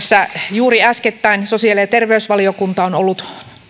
juuri äskettäin sosiaali ja terveysvaliokunta on ollut